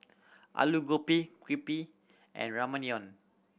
Alu Gobi Crepe and Ramyeon